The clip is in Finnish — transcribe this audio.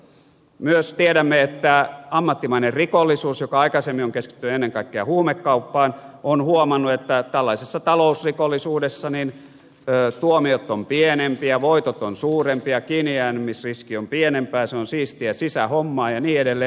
myös tiedämme että ammattimainen rikollisuus joka aikaisemmin on keskittynyt ennen kaikkea huumekauppaan on huomannut että tällaisessa talousrikollisuudessa tuomiot ovat pienempiä voitot ovat suurempia kiinnijäämisriski on pienempi se on siistiä sisähommaa ja niin edelleen